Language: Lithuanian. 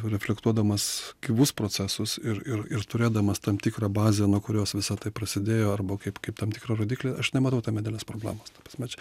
reflektuodamas gyvus procesus ir ir turėdamas tam tikrą bazę nuo kurios visa tai prasidėjo arba kaip kaip tam tikrą rodiklį aš nematau tame didelės problemos ta prasme čia